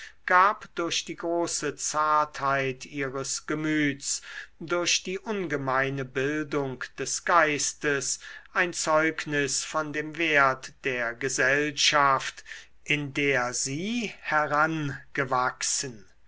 gab durch die große zartheit ihres gemüts durch die ungemeine bildung des geistes ein zeugnis von dem wert der gesellschaft in der sie heransgewachsen